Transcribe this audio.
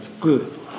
good